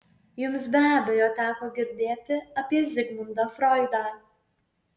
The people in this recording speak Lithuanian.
jums be abejo teko girdėti apie zigmundą froidą